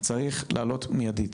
צריך לעלות מיידית,